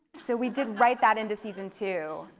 so we did write that into season two.